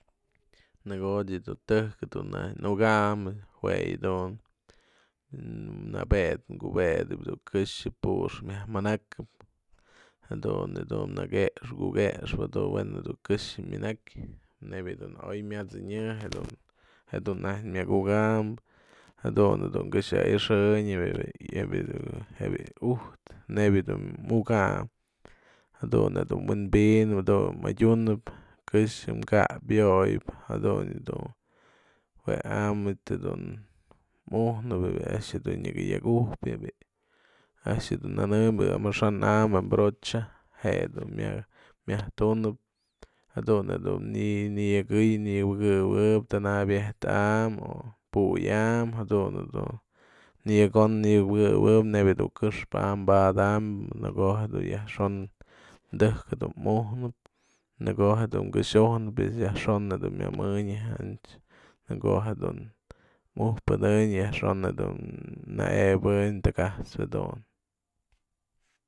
Në ko'o ech du tejk du naj uka'anyë jue yë dun nëbet kubetëp du këxë puxkë myaj manaka'ap jadun yë dun näkëx kukëxëp jedun we'en du këxë myanak nebya dun oy myat'sanyë jedun, jedun najk myak u'ukambyë jadun dun këxë a'ixënyëp bi'i je bi'i u'ujtë nebya dun mukanyë, jadun jedun wynpidnëp jadun madyunëp këxë ka'ap yo'oyëp jadun yë dun, jue am manyt jadun mujnëp yë a'ax dun nyaka yak ujpyë, a'ax jadun nyanembyë amaxa'an am je brochaje jedun mya myajtunëp jadun jedun nynëkëy ninëpëkëwëp tanapyejt'am o pu'uy am, jadun jedun nënyakon nënyabëkëwëp nebya dun këxpë a'am bada'am, në ko'o jedun yajxon tëjk ujnëp, në ko'o jedun këx ujnëp.